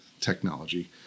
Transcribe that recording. technology